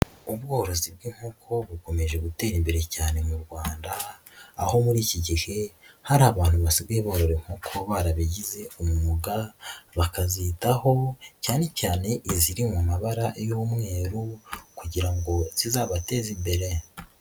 Ubworozi bw'inkoko bukomeje gutera imbere cyane mu Rwanda, aho muri iki gihe hari abantu basigaye borora inkoko barabigize umwuga, bakazitaho cyane cyane iziri mu mabara y'umweru kugira ngo zizabateze imbere.